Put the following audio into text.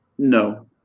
No